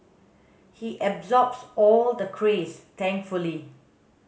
he absorbs all the craze thankfully